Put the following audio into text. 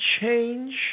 change